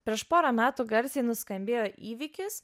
prieš porą metų garsiai nuskambėjo įvykis